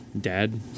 dad